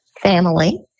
family